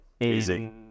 easy